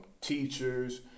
teachers